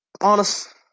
honest